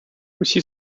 усі